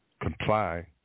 comply